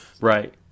Right